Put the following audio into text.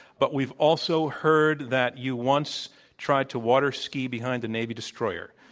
but we've also heard that you once tried to waterski behind the navy destroyer